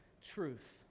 truth